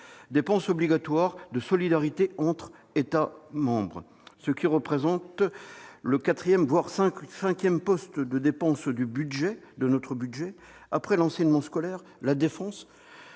dépense obligatoire de solidarité entre États membres, qui représente le cinquième poste de notre budget, après l'enseignement scolaire, la défense,